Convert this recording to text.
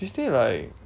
she stay like